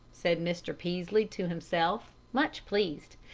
said mr. peaslee to himself, much pleased.